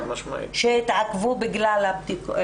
שהתעכבו בגלל הבדיקות.